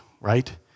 right